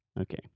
okay